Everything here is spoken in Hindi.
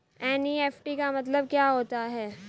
एन.ई.एफ.टी का मतलब क्या होता है?